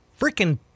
Freaking